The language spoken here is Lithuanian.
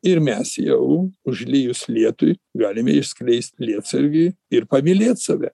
ir mes jau užlijus lietui galime išskleist lietsargį ir pamylėt save